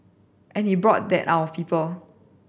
and he brought that out of people